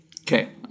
Okay